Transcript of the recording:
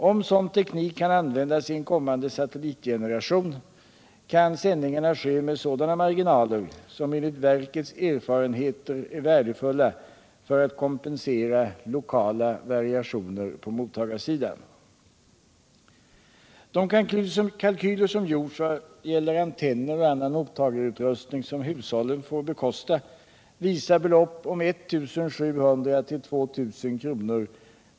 Om sådan teknik kan användas i en kommande satellitgeneration kan sändningarna ske med sådana marginaler som enligt verkets erfarenheter är värdefulla för att kompensera lokala variationer på mottagarsidan. De kalkyler som gjorts vad gäller antenner och annan mottagarutrustning som hushållen får bekosta visar belopp om 1 700-2 000 kr.